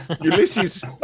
Ulysses